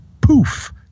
poof